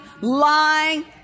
lying